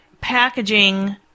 packaging